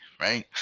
right